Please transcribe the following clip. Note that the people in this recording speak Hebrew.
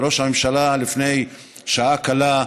ראש הממשלה לפני שעה קלה,